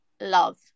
love